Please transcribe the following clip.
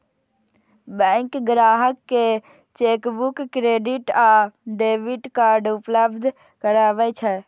bank ग्राहक कें chequebook, credit आ डेबिट कार्ड उपलब्ध करबै छै